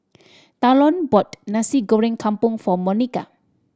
Talon bought Nasi Goreng Kampung for Monika